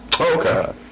Okay